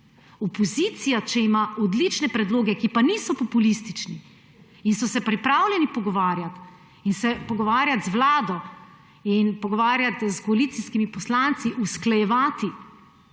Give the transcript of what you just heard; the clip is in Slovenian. opozicija odlične predloge, ki pa niso populistični, in so se pripravljeni pogovarjati ter se pogovarjati z vlado in se pogovarjati s koalicijskimi poslanci, usklajevati,